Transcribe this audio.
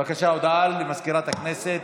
בבקשה, הודעה למזכירת הכנסת.